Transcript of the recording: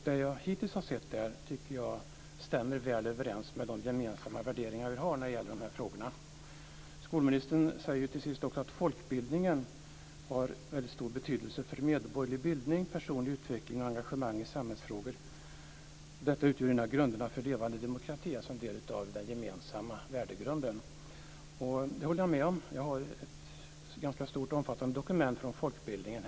Det jag hittills har sett tycker jag stämmer väl överens med de gemensamma värderingar vi har när det gäller de här frågorna. Skolministern säger till sist också att folkbildningen har stor betydelse för medborgerlig bildning, personlig utveckling och engagemang i samhällsfrågor. Detta utgör en av grunderna för levande demokrati, alltså en del av den gemensamma värdgrunden. Det håller jag med om. Jag har här ett ganska stort och omfattande dokument om folkbildningen.